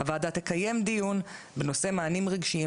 הוועדה תקיים דיון בנושא מענים רגשיים